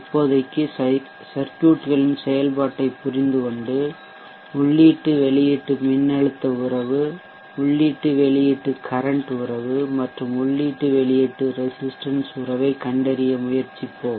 இப்போதைக்கு சர்க்யூட்களின் செயல்பாட்டைப் புரிந்துகொண்டு உள்ளீட்டு வெளியீட்டு மின்னழுத்த உறவு உள்ளீட்டு வெளியீடு கரன்ட் உறவு மற்றும் உள்ளீட்டு வெளியீட்டு ரெசிஸ்ட்டன்ஸ் உறவைக் கண்டறிய முயற்சிப்போம்